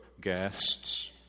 guests